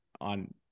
on